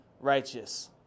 righteous